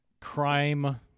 crime